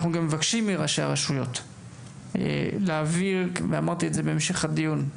אנחנו מבקשים מראשי הרשויות וכבר ציינתי זאת במהלך הדיון,